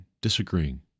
disagreeing